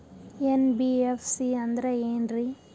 NBFC ಅಂದ್ರ ಏನ್ರೀ?